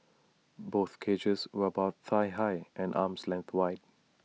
both cages were about thigh high and arm's length wide